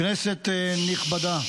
כנסת נכבדה,